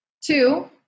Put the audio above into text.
Two